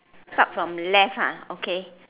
start from left ah okay